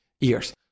years